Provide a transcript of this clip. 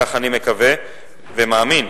כך אני מקווה ומאמין,